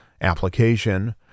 application